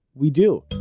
we do!